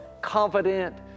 confident